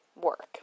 work